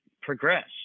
progress